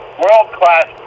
world-class